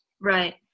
Right